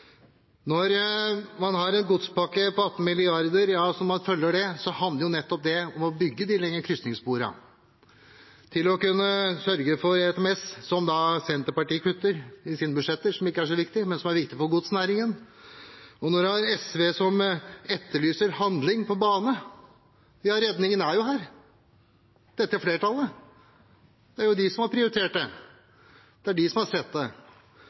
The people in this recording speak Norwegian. når det gjaldt gods på bane. Når man har en godspakke på 18 mrd. kr og man følger den, handler det nettopp om å bygge de lengre krysningssporene, sørge for ERTMS, som Senterpartiet kutter i sine budsjetter, som ikke er så viktig, men som er viktig for godsnæringen. Når man har SV, som etterlyser handling på bane – er jo redningen her: Dette flertallet har prioritert det, det er de som har sett det.